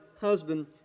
husband